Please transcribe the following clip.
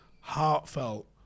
heartfelt